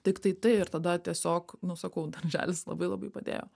tiktai tai ir tada tiesiog nu sakau darželis labai labai padėjo